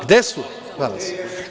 Gde su danas?